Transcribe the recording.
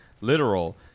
literal